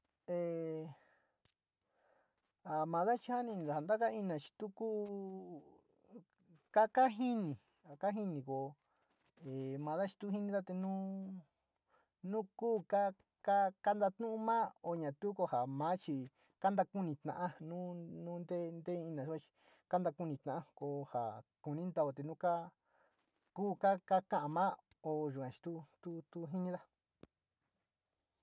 Te mada chani ja taka ina, chi tu kuu kakajini, kajini koo e mada chi tu jinida te nuu, nu ku kantakunita´a, nu nte, nte ina kuchi chi kanto konta to nte, nte ina kuchi, kanta kuni ta´a koo ja kuni ntaa nu kaa kuu kaka´a ma o yaa chi tu jinida.